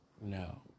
No